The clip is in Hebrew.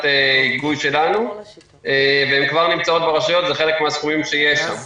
ההיגוי שלנו והן כבר נמצאות ברשויות בחלק מהסכומים שיש שם.